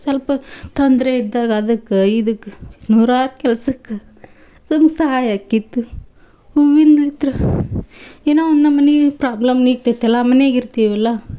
ಸ್ವಲ್ಪ ತೊಂದರೆಯಿದ್ದಾಗ ಅದಕ್ಕೆ ಇದಕ್ಕೆ ನೂರಾರು ಕೆಲ್ಸಕ್ಕೆ ಸೊಲ್ಪ ಸಹಾಯಾಕಿತ್ತು ಹೂವಿಂದ ಹತ್ರ ಏನೋ ಒಂದು ನಮ್ಮನೆ ಪ್ರೋಬ್ಲಮ್ ನೀಗ್ತೈತಲ್ಲ ಮನಿಗಿರ್ತಿವಲ್ಲ